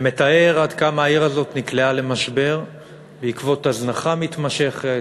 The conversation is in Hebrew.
שמתאר עד כמה העיר הזאת נקלעה למשבר בעקבות הזנחה מתמשכת,